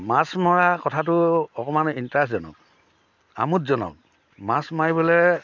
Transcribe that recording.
মাছ মৰা কথাটো অকণমান ইণ্টাৰেষ্টজনক আমোদজনক মাছ মাৰিবলৈ